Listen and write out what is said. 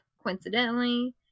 coincidentally